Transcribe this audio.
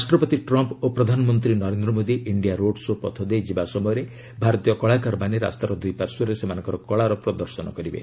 ରାଷ୍ଟ୍ରପତି ଟ୍ରମ୍ପ୍ ଓ ପ୍ରଧାନମନ୍ତ୍ରୀ Narendra Modi India road show' ପଥଦେଇ ଯିବା ସମୟରେ ଭାରତୀୟ କଳାକାରମାନେ ରାସ୍ତାର ଦୂଇ ପାର୍ଶ୍ୱରେ ସେମାନଙ୍କର କଳାର ପ୍ରଦର୍ଶନ କରିବେ